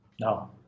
no